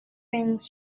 rings